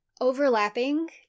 overlapping